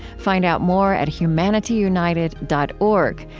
find out more at humanityunited dot org,